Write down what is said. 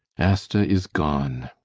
asta is gone.